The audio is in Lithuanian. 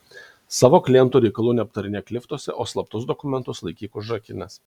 savo klientų reikalų neaptarinėk liftuose o slaptus dokumentus laikyk užrakinęs